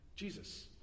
jesus